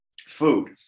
food